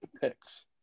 picks